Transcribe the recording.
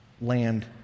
land